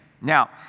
Now